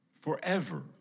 forever